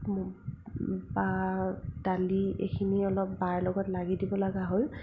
বা দালি এইখিনি অলপ বাৰ লগত লাগি দিবলগা হ'ল